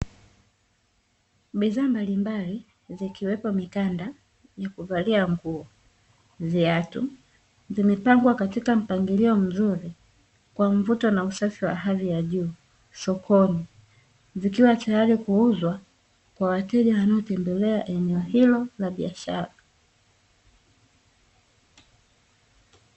Bidhaa mbalimbali zikiwepo mikanda ya kuvalia nguo, viatu zimepangwa katika mpangilio mzuri kwa mvuto na usafi wa hali ya juu sokoni; zikiwa tayari kuuzwa kwa wateja wanaotembelea eneo hilo la biashara.